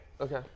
Okay